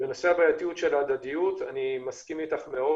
בנושא הבעייתיות של ההדדיות אני מסכים אתך מאוד.